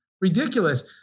Ridiculous